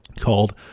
called